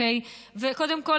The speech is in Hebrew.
קודם כול,